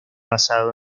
basado